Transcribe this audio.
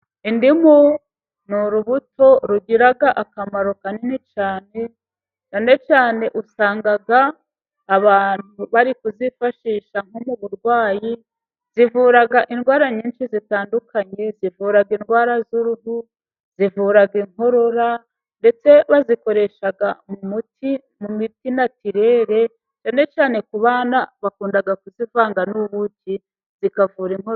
Indimu ni urubuto rugira akamaro kanini cyane, cyane cyane usanga abantu bari kuzifashisha nko m'uburwayi, zivura indwara nyinshi zitandukanye, zivura indwara z'uruhu, zivura inkorora ndetse bazikoresha mu muti, mu miti natirere, cyane cyane ku bana bakunda kuzivanga n'ubuki zikavura inkorora.